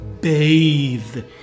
bathe